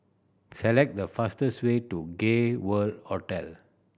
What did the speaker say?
select the fastest way to Gay World Hotel